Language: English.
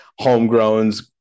homegrowns